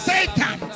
Satan